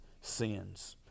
sins